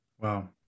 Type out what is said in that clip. Wow